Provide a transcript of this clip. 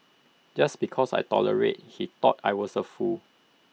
just because I tolerated he thought I was A fool